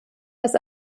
das